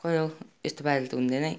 खै हो यस्तो पाराले त हुँदैन है